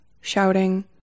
shouting